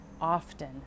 often